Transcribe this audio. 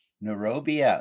Nairobi